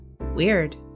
weird